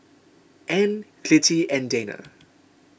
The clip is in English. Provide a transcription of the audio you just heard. Ann Clytie and Dayna